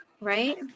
Right